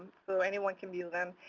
so anyone can view them.